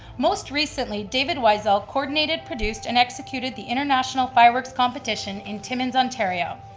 most recently, david whisall coordinated, produced and executed the international fireworks competition in timmins, ontario.